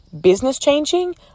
business-changing